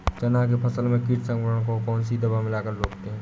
चना के फसल में कीट संक्रमण को कौन सी दवा मिला कर रोकते हैं?